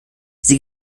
sie